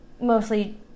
mostly